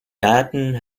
garten